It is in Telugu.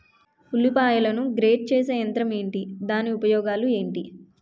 ఉల్లిపాయలను గ్రేడ్ చేసే యంత్రం ఏంటి? దాని ఉపయోగాలు ఏంటి?